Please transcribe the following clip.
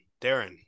Darren